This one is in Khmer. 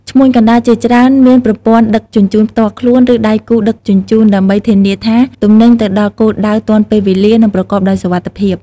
ឈ្មួញកណ្តាលជាច្រើនមានប្រព័ន្ធដឹកជញ្ជូនផ្ទាល់ខ្លួន ឬដៃគូដឹកជញ្ជូន ដើម្បីធានាថាទំនិញទៅដល់គោលដៅទាន់ពេលវេលា និងប្រកបដោយសុវត្ថិភាព។